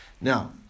Now